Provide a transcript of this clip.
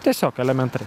tiesiog elementariai